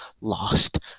lost